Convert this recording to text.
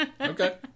Okay